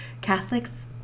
Catholics